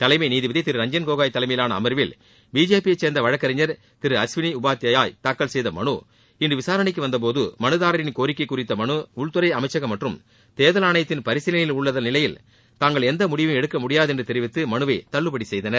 தலைமை நீதிபதி திரு ரஞ்சன்கோகோய் தலைமையிலான அமர்வில் பிஜேபி யை சேர்ந்த வழக்கறிஞர் திரு அஸ்வினி உபாத்யாய் தாக்கல் செய்த மனு இன்று விசாரணைக்கு வந்தபோது மனுதாரரின் கோரிக்கை குறித்த மனு உள்துறை அமைச்சகம் மற்றும் தேர்தல் ஆணையத்தின் பரிசீலனையில் உள்ள நிலையில் தாங்கள் எந்த முடிவையும் எடுக்க முடியாது என்று தெரிவித்து மனுவை தள்ளுபடி செய்தனர்